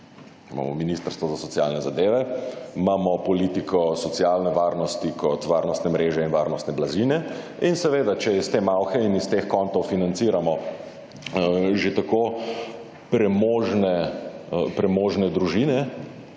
Imamo ministrstvo za socialne zadeve, imamo politiko socialne varnosti kot varnostne mreže in varnostne blazine. In seveda če iz te malhe in iz teh kontov financiramo že tako premožne družine